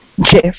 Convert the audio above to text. Jeff